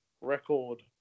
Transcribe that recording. record